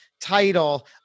title